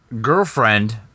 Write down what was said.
girlfriend